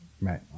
right